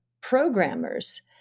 programmers